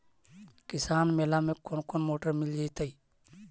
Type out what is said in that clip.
किसान मेला में कोन कोन मोटर मिल जैतै?